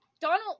Donald